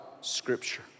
scripture